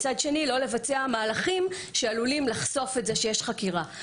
מצד שני לא לבצע מהלכים שעלולים לחשוף את זה שיש חקירה.